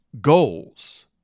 goals